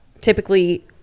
typically